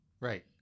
right